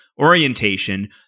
Orientation